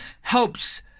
helps